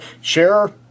Share